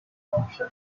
thompson